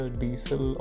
diesel